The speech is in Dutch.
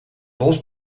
bos